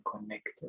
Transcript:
connected